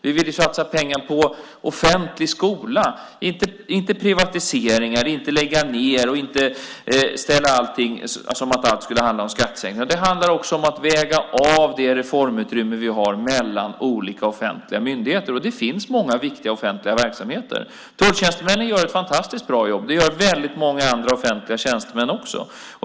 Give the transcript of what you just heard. Vi vill ju satsa pengar på offentlig skola - inte privatiseringar, inte lägga ned och inte ha det som om allt skulle handla om skattesänkningar. Det handlar också om att väga av det reformutrymme vi har mellan olika offentliga myndigheter, och det finns många viktiga offentliga verksamheter. Tulltjänstemännen gör ett fantastiskt bra jobb. Det gör väldigt många andra offentliga tjänstemän också.